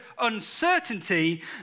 uncertainty